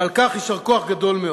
ועל כך, יישר כוח גדול מאוד.